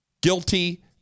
Guilty